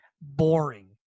boring